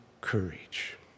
courage